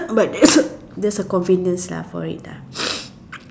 but there's a convenience lah for it lah